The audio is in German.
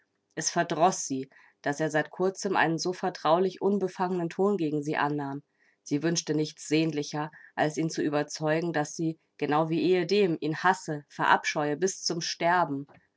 es verdroß sie daß er seit kurzem einen so vertraulich unbefangenen ton gegen sie annahm sie wünschte nichts sehnlicher als ihn zu überzeugen daß sie genau wie ehedem ihn hasse verabscheue bis zum sterben